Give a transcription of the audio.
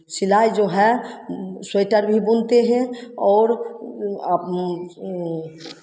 सिलाई जो है स्वेटर भी बुनते हैं और